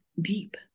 deep